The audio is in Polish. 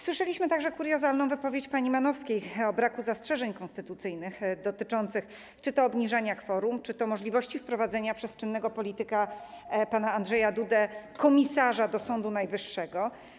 Słyszeliśmy także kuriozalną wypowiedź pani Manowskiej o braku zastrzeżeń konstytucyjnych dotyczących czy to obniżania kworum, czy to możliwości wprowadzenia przez czynnego polityka pana Andrzeja Dudę komisarza do Sądu Najwyższego.